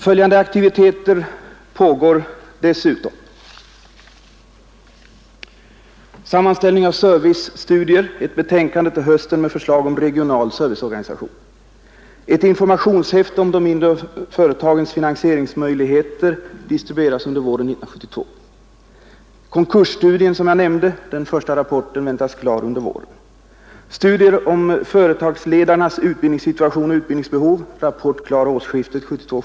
Följande aktiviteter pågår: Ett informationshäfte om de mindre företagens finansieringsmöjligheter distribueras under våren 1972.